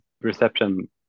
reception